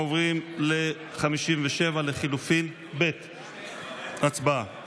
עוברים להסתייגות 57 לחלופין ב' הצבעה.